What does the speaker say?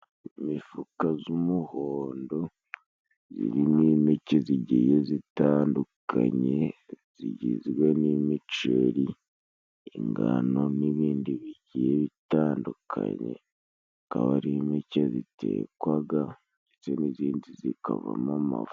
Imifuka z'umuhondo zirimo impeke zigiye zitandukanye zigizwe n'imiceri, ingano n'ibindi bigiye bitandukanye akaba ari impeke zitekwaga ndetse n'izindi zikavamo amafu.